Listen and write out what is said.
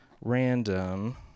random